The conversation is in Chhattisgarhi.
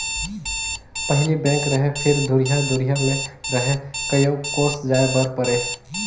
पहिली बेंक रहें फिर दुरिहा दुरिहा मे रहे कयो कोस जाय बर परे